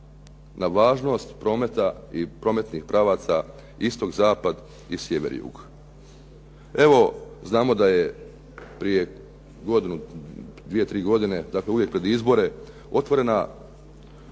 na važnost prometa i prometnih pravaca, istok-zapad i sjever-jug.